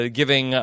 giving